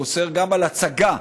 הוא אוסר גם הצגה,